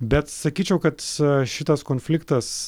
bet sakyčiau kad šitas konfliktas